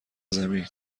زمین